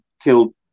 killed